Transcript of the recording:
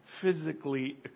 physically